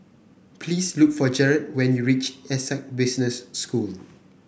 please look for Jared when you reach Essec Business School